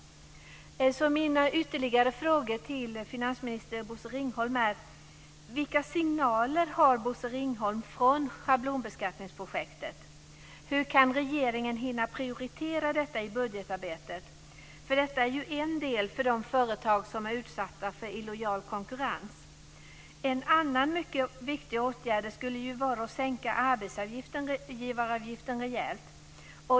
Mina ytterligare frågor till finansminister Bosse Ringholm är: Vilka signaler har Bosse Ringholm från schablonbeskattningsprojektet? Hur kan regeringen hinna prioritera detta i budgetarbetet? Detta betyder ju en del för de företag som är utsatta för illojal konkurrens. En annan mycket viktig åtgärd skulle vara att sänka arbetsgivaravgiften rejält.